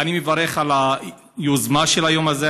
אני מברך על היוזמה של היום הזה,